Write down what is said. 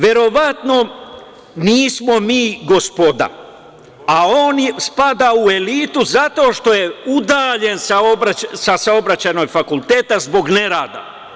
Verovatno nismo mi gospoda, a on spada u elitu zato što je udaljen sa Saobraćajnoj fakulteta zbog nerada.